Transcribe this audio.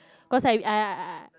cause I I I I